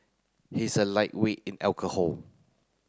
he is a lightweight in alcohol